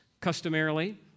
Customarily